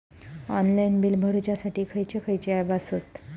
Online bill भरुच्यासाठी खयचे खयचे ऍप आसत?